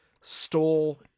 stole